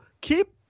Keep